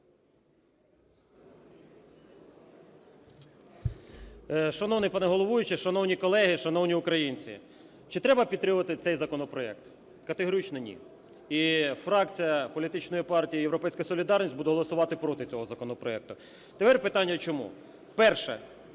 Шановний пане головуючий, шановні колеги, шановні українці! Чи треба підтримувати цей законопроект? Категорично – ні. І фракція політичної партії "Європейська солідарність" буде голосувати проти цього законопроекту. Тепер питання: чому? Перше.